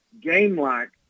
game-like